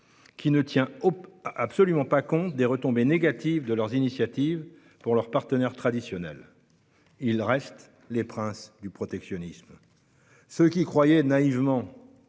qui ne tient absolument pas compte des retombées négatives de leurs initiatives pour leurs partenaires traditionnels. Ils restent les princes du protectionnisme. Ceux qui croyaient naïvement